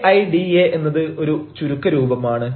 A I D A എന്നത് ഒരു ചുരുക്കരൂപമാണ്